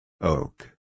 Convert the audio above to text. Oak